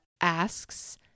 asks